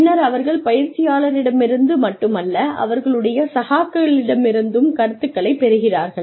பின்னர் அவர்கள் பயிற்சியாளரிடம் இருந்து மட்டுமல்ல அவர்களுடைய சகாக்களிடம் இருந்தும் கருத்துக்களைப் பெறுகிறார்கள்